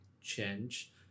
change